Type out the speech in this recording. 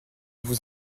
vous